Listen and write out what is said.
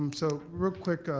um so real quick.